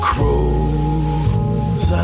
Crows